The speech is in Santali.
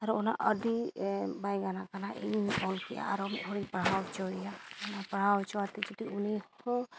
ᱟᱨᱚ ᱚᱱᱟ ᱟᱹᱰᱤ ᱵᱟᱭ ᱜᱟᱱ ᱟᱠᱟᱱᱟ ᱤᱧ ᱚᱞ ᱠᱮᱜᱼᱟ ᱟᱨᱚ ᱢᱤᱫ ᱦᱚᱲᱤᱧ ᱯᱟᱲᱦᱟᱣ ᱦᱚᱪᱚᱭᱮᱭᱟ ᱚᱱᱟ ᱯᱟᱲᱦᱟᱣ ᱦᱚᱪᱚ ᱠᱟᱛᱮᱫ ᱡᱩᱫᱤ ᱩᱱᱤ ᱦᱚᱸ